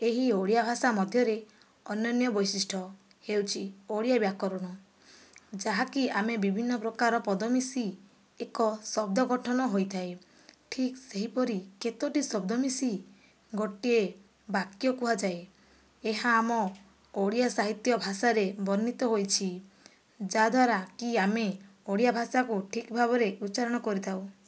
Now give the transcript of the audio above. ଏହି ଓଡ଼ିଆ ଭାଷା ମଧ୍ୟରେ ଅନନ୍ୟ ବୈଶିଷ୍ଟ୍ୟ ହେଉଛି ଓଡ଼ିଆ ବ୍ୟାକରଣ ଯାହାକି ଆମେ ବିଭିନ୍ନ ପ୍ରକାର ପଦ ମିଶି ଏକ ଶବ୍ଦ ଗଠନ ହୋଇଥାଏ ଠିକ୍ ସେହିପରି କେତୋଟି ଶବ୍ଦ ମିଶି ଗୋଟିଏ ବାକ୍ୟ କୁହାଯାଏ ଏହା ଆମ ଓଡ଼ିଆ ସାହିତ୍ୟ ଭାଷାରେ ବର୍ଣ୍ଣିତ ହୋଇଛି ଯାହା ଦ୍ଵାରାକି ଆମେ ଓଡ଼ିଆ ଭାଷାକୁ ଠିକ୍ ଭାବରେ ଉଚ୍ଚାରଣ କରିଥାଉ